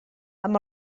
amb